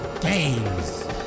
Games